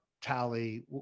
Tally